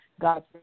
God's